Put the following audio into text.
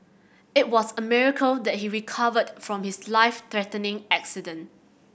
it was a miracle that he recovered from his life threatening accident